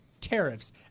tariffs